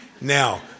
Now